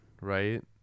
right